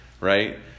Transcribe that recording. right